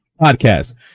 Podcast